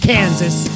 Kansas